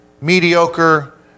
mediocre